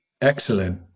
Excellent